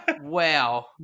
wow